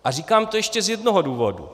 A říkám to ještě z jednoho důvodu.